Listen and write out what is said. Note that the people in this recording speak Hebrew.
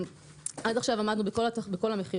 עד עכשיו עמדנו בכל המכירות,